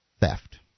theft